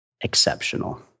exceptional